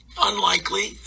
unlikely